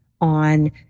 on